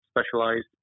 specialized